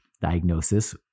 diagnosis